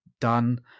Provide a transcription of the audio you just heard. done